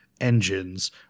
engines